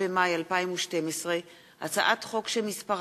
הצעת חוק-יסוד: